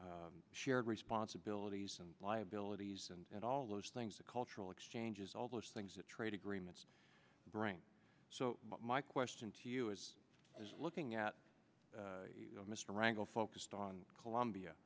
shared responsibilities and liabilities and all of those things the cultural exchanges all those things that trade agreements bring so my question to you is is looking at mr rangle focused on colombia